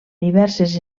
diverses